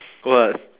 what